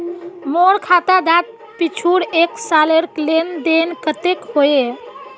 मोर खाता डात पिछुर एक सालेर लेन देन कतेक होइए?